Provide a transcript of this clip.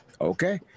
Okay